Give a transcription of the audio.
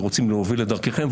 ורוצים להוביל את דרככם,